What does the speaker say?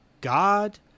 God